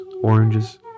oranges